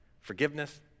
Forgiveness